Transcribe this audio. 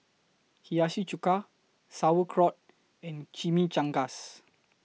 Hiyashi Chuka Sauerkraut and Chimichangas